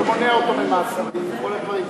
עושה לו הסדר תשלומים ומונע אותו ממאסרים וכל הדברים.